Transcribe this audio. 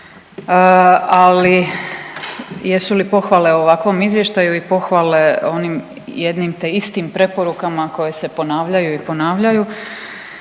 Ali jesu li pohvale ovakvom izvještaju i pohvale onim jednim te istim preporukama koje se ponavljaju i ponavljaju,